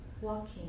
Walking